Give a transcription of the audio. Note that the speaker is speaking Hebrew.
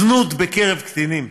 זנות בקרב קטינים,